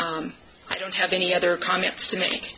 s i don't have any other comments to m